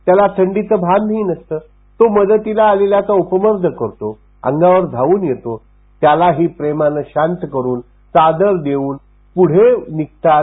त्याला थंडीचंही भान नसतं तो मदतीला आलेल्यांचा उपमर्द करतो अंगावर धावून येतो त्यालाही प्रेमानं शांत करून चादर देऊन पुढे निघतात